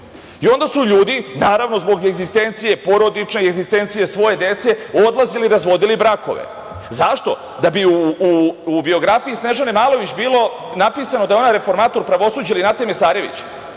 i onda su ljudi, naravno zbog porodične egzistencije i egzistencije svoje dece, odlazili i razvodili brakove. Zašto? Da bi u biografiji Snežane Malović bilo napisano da je ona reformator pravosuđa ili Nate Mesarević.